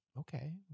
Okay